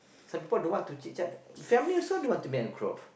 suppose to what to chit-chat family also don't want to make a group